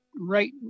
right